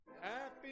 Happy